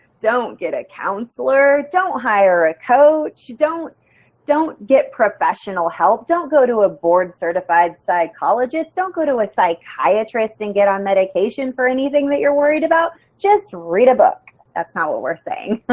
don't get a counselor, don't hire a coach, don't don't get professional help, don't go to a board certified psychologist, don't go to a psychiatrist and get on medication for anything that you're worried about, just read a book that's not what we're saying.